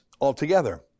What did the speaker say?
altogether